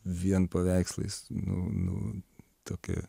vien paveikslais nu nu tokia